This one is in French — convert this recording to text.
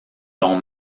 ton